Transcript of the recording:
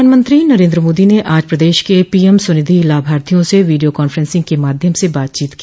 प्रधानमंत्री नरेन्द्र मोदी ने आज प्रदेश के पीएम स्वनिधि लाभार्थियों से वीडियो कांफेंसिंग के माध्यम से बातचीत की